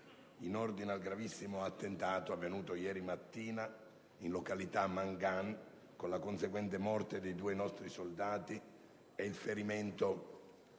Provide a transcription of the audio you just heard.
in ordine al gravissimo attentato avvenuto ieri mattina in località Mangan con la conseguente morte di due nostri soldati e il ferimento